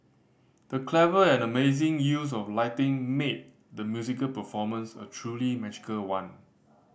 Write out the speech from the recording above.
the clever and amazing use of lighting made the musical performance a truly magical one